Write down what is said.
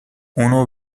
اونو